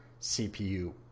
CPU